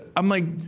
i'm like,